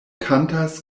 kantas